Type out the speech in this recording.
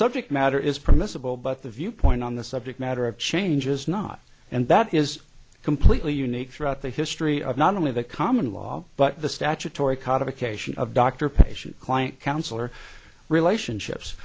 subject matter is permissible but the viewpoint on the subject matter of changes not and that is completely unique throughout the history of not only the common law but the statutory codification of doctor patient client counselor relationships